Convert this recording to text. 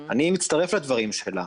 אני מצטרף לדברים שלה.